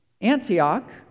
Antioch